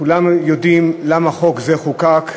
כולנו יודעים למה חוק זה חוקק,